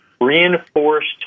reinforced